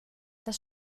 das